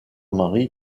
mari